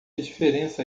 diferença